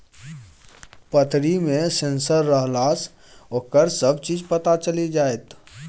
पतरी मे सेंसर रहलासँ ओकर सभ चीज पता चलि जाएत